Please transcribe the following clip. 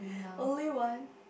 only one